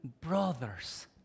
brothers